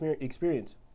experience